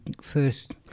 first